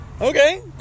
Okay